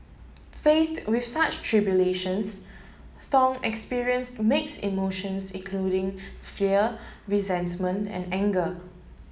faced with such tribulations Thong experienced mixed emotions including fear resentment and anger